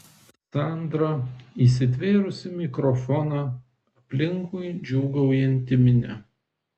sandra įsitvėrusi mikrofoną aplinkui džiūgaujanti minia